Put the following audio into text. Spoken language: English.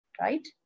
right